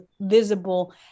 visible